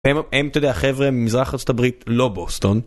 המ... הם, אתה יודע, חבר'ה, ממזרח ארה״ב, לא בוסטון.